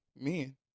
men